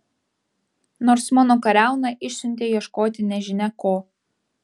nors mano kariauną išsiuntei ieškoti nežinia ko